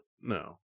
No